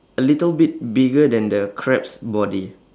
a little bit bigger than the crab's body